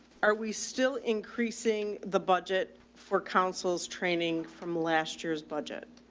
are we still increasing the budget for councils training from last year's budget?